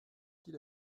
qu’il